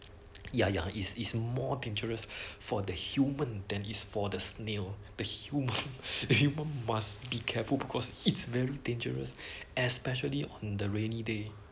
ya ya is is more dangerous for the human than is for the snail the human the human must be careful because it's very dangerous especially on the rainy day